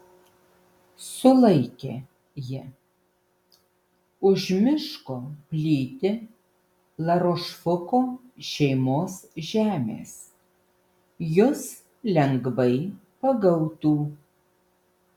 sulaikė ji už miško plyti larošfuko šeimos žemės jus lengvai pagautų